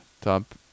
top